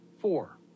Four